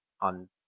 on